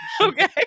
okay